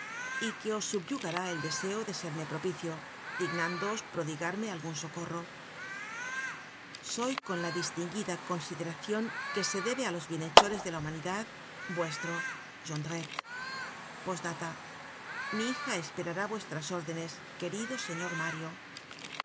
y que os subyugará el deseo de serme propicio dignán doos prodigarme algun socorro soy con la distinguida consideracion que se debe á los bienhecho res de la humanidad vuestro jondrette p d mi hija esperará vuestras órdenes querido señor mario